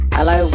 Hello